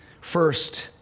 First